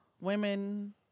women